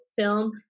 Film